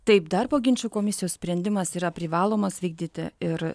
taip darbo ginčų komisijos sprendimas yra privalomas vykdyti ir